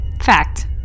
Fact